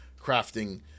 crafting